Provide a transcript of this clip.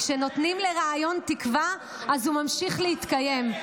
כשנותנים לרעיון תקווה, אז הוא ממשיך להתקיים.